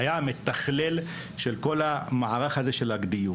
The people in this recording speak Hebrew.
שהיה מתכלל של כל מערך הדיור.